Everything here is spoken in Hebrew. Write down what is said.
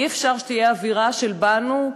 אי-אפשר שתהיה אווירה של באנו,